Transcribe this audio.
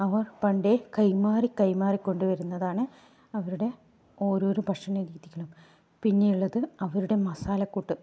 അവർ പണ്ടേ കൈമാറി കൈമാറി കൊണ്ടുവരുന്നതാണ് അവരുടെ ഓരോരോ ഭക്ഷണ രീതികളും പിന്നെയുള്ളത് അവരുടെ മസാലക്കൂട്ട്